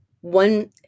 one